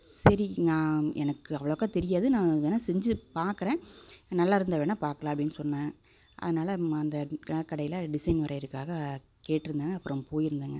சரி நான் எனக்கு அவ்வளோக்கா தெரியாது நான் வேணா செஞ்சு பார்கறேன் நல்லா இருந்தால் வேணா பார்க்கலாம் அப்படின்னு சொன்னேன் அதனால் அந்த நகைக்கடையில டிசைன் வரையிறக்காக கேட்டிருந்தேன் அப்புறோம் போயிருந்தேங்க